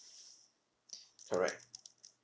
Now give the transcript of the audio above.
correct